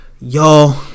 y'all